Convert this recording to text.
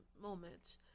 moment